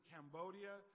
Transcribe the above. Cambodia